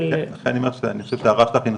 אבל --- אני חושב שההערה שלך היא נכונה.